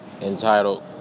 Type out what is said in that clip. entitled